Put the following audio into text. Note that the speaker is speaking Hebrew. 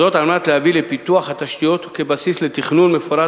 וזאת על מנת להביא לפיתוח התשתיות כבסיס לתכנון מפורט